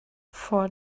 for